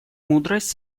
мудрость